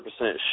100%